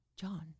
John